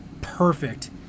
perfect